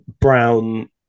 Brown